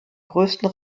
größten